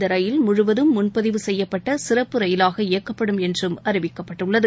இந்த ரயில் முழுவதும் முன்பதிவு செய்யப்பட்ட சிறப்பு ரயிலாக இயக்கப்படும் என்றும் அறிவிக்கப்பட்டுள்ளது